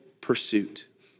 pursuit